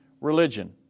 religion